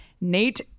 nate